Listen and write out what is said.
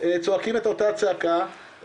צועקים את אותה צעקה,